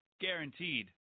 Guaranteed